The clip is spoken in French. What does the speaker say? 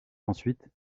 ensuite